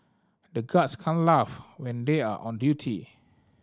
the guards can't laugh when they are on duty